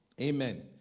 Amen